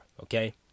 okay